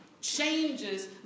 changes